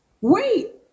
wait